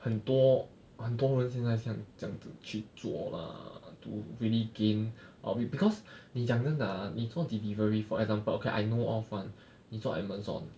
很多很多人现在像这样子去做 lah to really gain of it because 你讲真的你做 delivery for example okay I know of one 你做 Amazon